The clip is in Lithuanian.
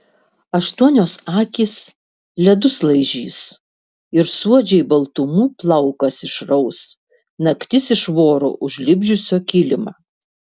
aštuonios akys ledus laižys ir suodžiai baltumų plaukas išraus naktis iš voro užlipdžiusio kilimą